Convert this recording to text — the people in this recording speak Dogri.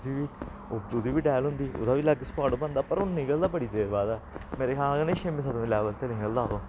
उं'दी बी ओह्दी बी डैल होंदी ओह्दा बी अलग स्पाट बनदा पर ओह् निकलदा बड़ी देर बाद ऐ मेरे ख्याल कन्नै छेमें सतमें लैवल ते निकलदा ओह्